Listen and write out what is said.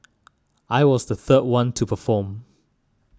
I was the third one to perform